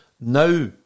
Now